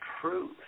truth